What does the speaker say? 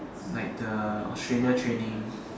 on like the australia training